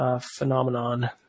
phenomenon